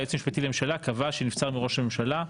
היועץ המשפטי לממשלה קבע שנבצר מראש הממשלה.